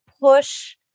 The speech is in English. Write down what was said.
push